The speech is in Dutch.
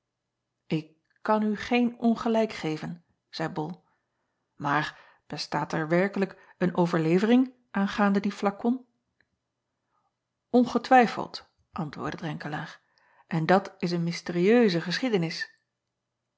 k kan u geen ongelijk geven zeî ol maar bestaat er werkelijk een overlevering aangaande dien flakon ngetwijfeld antwoordde renkelaer en dat is een mysterieuse geschiedenis